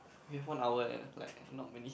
we have one hour eh like not many